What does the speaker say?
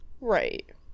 Right